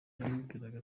yamubwiraga